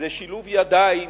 זה שילוב ידיים